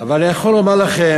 אבל אני יכול לומר לכם,